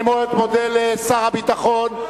אני מאוד מודה לשר הביטחון,